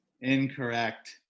incorrect